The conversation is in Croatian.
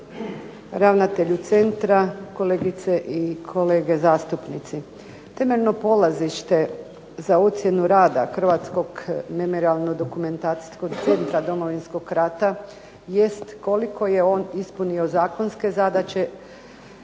ravnatelju centra, kolegice i kolege zastupnici. Temeljno polazište za ocjenu rada Hrvatskog memorijalno-dokumentacijskog centra Domovinskog rata jest koliko je on ispunio zakonske zadaće